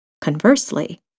Conversely